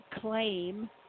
claim